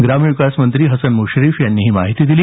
ग्रामविकास मंत्री हसन मुश्रीफ यांनी ही माहिती दिली